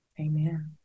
Amen